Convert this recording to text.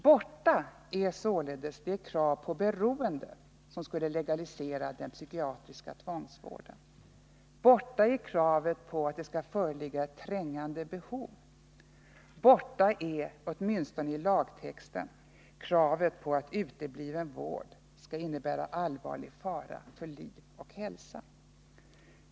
Borta är således det krav på ”beroende” som skulle legalisera den psykiatriska tvångsvården, borta är kravet att det skall föreligga ”trängande behov” av sådan vård och borta är åtminstone i lagtexten kravet på att utebliven vård skall innebära allvarlig fara för liv och hälsa.